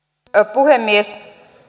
puhemies